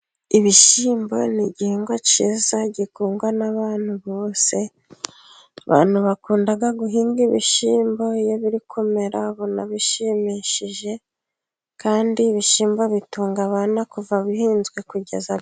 Ibishyimbo ni igihingwa cyiza gikundwa n'abantu bose, abantu bakunda guhinga ibishyimbo iyo biri kumera babona bishimishije, kandi ibishyimbo bitunga abana kuva bihinzwe kugeza.